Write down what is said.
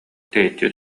тэйиччи